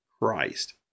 Christ